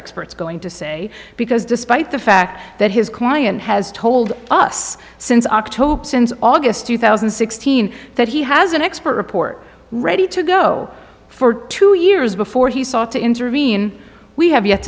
experts going to say because despite the fact that his client has told us since october since august two thousand and sixteen that he has an expert report ready to go for two years before he sought to intervene we have yet